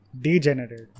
Degenerate